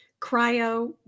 cryo